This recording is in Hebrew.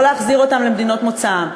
לא להחזיר אותם למדינות מוצאם?